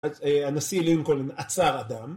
הנשיא לינקולן עצר אדם